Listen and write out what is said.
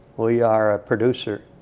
we are a producer.